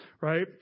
right